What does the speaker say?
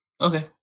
Okay